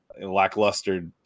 lackluster